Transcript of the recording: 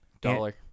Dollar